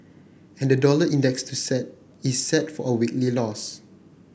and the dollar index set is set for a weekly loss